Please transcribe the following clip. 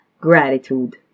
gratitude